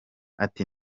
ati